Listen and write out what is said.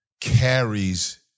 carries